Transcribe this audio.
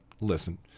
listen